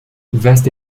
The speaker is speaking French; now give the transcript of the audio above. vaste